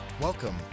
Welcome